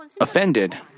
offended